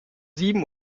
sieben